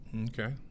Okay